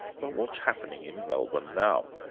but what's happening in melbourne now?